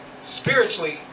spiritually